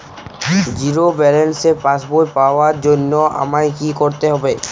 Zero ব্যালেন্সের পাসবই পাওয়ার জন্য আমায় কী করতে হবে?